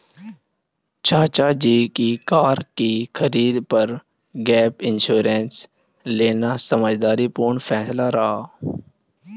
चाचा जी का कार की खरीद पर गैप इंश्योरेंस लेना समझदारी पूर्ण फैसला रहा